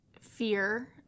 fear